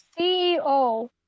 CEO